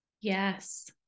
yes